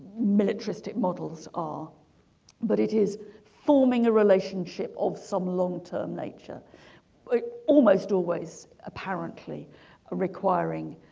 militaristic models are but it is forming a relationship of some long-term nature almost always apparently ah requiring